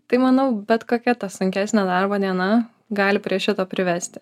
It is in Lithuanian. tai manau bet kokia ta sunkesnė darbo diena gali prie šito privesti